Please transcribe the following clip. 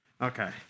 Okay